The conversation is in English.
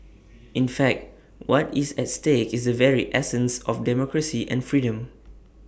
in fact what is at stake is the very essence of democracy and freedom